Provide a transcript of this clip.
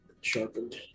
sharpened